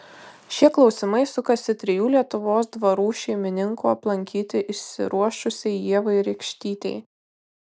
šie klausimai sukasi trijų lietuvos dvarų šeimininkų aplankyti išsiruošusiai ievai rekštytei